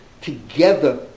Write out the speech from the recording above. together